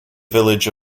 village